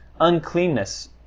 uncleanness